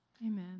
Amen